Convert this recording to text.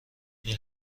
این